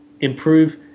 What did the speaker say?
improve